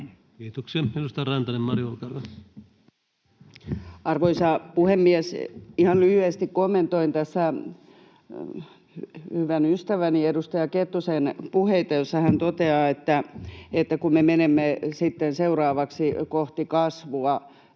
Arvoisa puhemies! Ihan lyhyesti kommentoin tässä hyvän ystäväni edustaja Kettusen puheita, joissa hän totesi, että kun me menemme sitten seuraavaksi kohti kasvua.